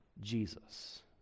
Jesus